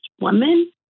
woman